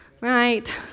right